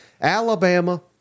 Alabama